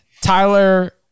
Tyler